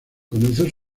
comenzó